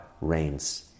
reigns